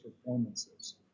performances